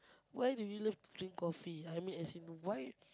why do you love to drink coffee I mean as in why